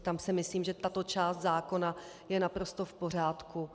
Tam si myslím, že tato část zákona je naprosto v pořádku.